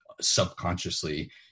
subconsciously